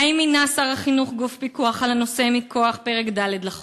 2. האם מינה שר החינוך גוף פיקוח על הנושא מכוח פרק ד' לחוק?